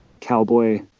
cowboy